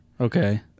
Okay